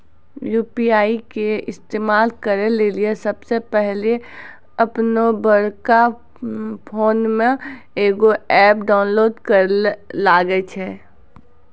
UPI के इस्तेमाल करै लेली सबसे पहिलै अपनोबड़का फोनमे इकरो ऐप डाउनलोड करैल लागै छै